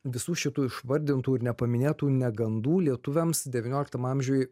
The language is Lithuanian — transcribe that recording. visų šitų išvardintų ir nepaminėtų negandų lietuviams devynioliktam amžiuj